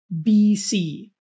BC